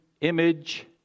image